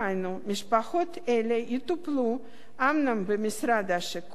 משפחות אלה אומנם יטופלו במשרד השיכון,